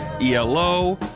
ELO